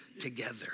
together